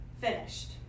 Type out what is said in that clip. finished